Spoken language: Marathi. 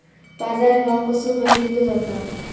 बाजार भाव कसो बघीतलो जाता?